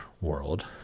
World